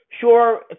Sure